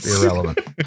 Irrelevant